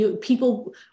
people